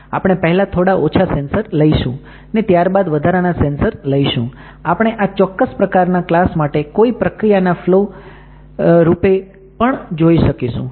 આપણે પહેલાં થોડા ઓછા સેન્સર લઈશું ને ત્યારબાદ વધારાના સેન્સર્સ લઈશું આપણે આ ચોક્કસ પ્રકારના ક્લાસ માટે કોઈ પ્રક્રિયા ના ફલો રૂપે પણ જોઈ શકીશું